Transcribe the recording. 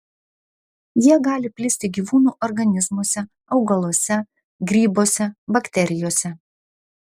jie gali plisti gyvūnų organizmuose augaluose grybuose bakterijose